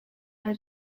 did